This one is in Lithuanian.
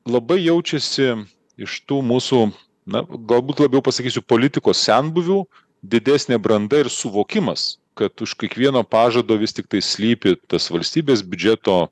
labai jaučiasi iš tų mūsų na galbūt labiau pasakysiu politikos senbuvių didesnė branda ir suvokimas kad už kiekvieno pažado vis tiktai slypi tas valstybės biudžeto